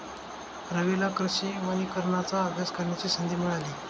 रवीला कृषी वनीकरणाचा अभ्यास करण्याची संधी मिळाली